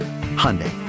Hyundai